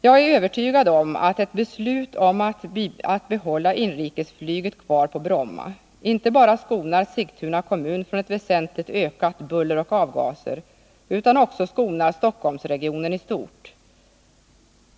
Jag är övertygad om att ett beslut om att behålla inrikesflyget kvar på Bromma inte bara skonar Sigtuna kommun från ett väsentligt ökat buller och avgaser utan också skonar Stockholmsregionen i stort.